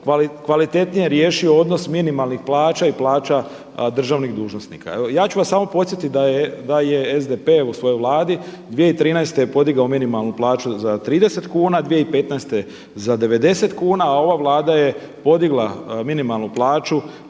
kvalitetnije riješio odnos minimalnih plaća i plaća državnih dužnosnika. Evo ja ću vas samo podsjetiti da je SDP u svojoj Vladi 2013. podigao minimalnu plaću za 30 kuna, 2015. za 90 kuna, a ova Vlada je podigla minimalnu plaću